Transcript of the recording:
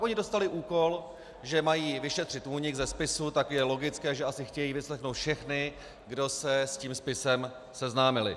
Oni dostali úkol, že mají vyšetřit únik ze spisu, tak je logické, že asi chtějí vyslechnout všechny, kdo se s tím spisem seznámili.